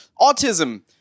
autism